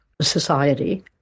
society